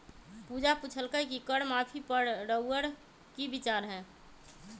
पूजा पुछलई कि कर माफी पर रउअर कि विचार हए